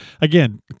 again